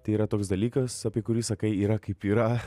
tai yra toks dalykas apie kurį sakai yra kaip yra